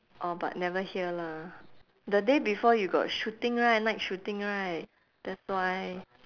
orh but never hear lah the day before you got shooting right night shooting right that's why